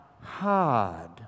hard